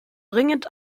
dringend